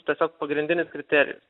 tiesiog pagrindinis kriterijus